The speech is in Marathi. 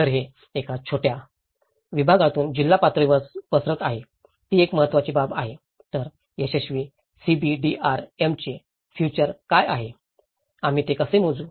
तर हे एका छोट्या विभागातून जिल्हा पातळीवर पसरत आहे ही एक महत्वाची बाब आहे तर यशस्वी सीबीडीआरएमचे फ्यूचर काय आहेत आम्ही ते कसे मोजू